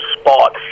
spot